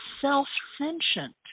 self-sentient